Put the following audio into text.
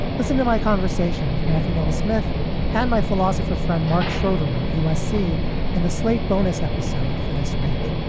listen to my conversation with matthew noah smith that and my philosopher friend mark schroeder of usc in the slate bonus episode for this week.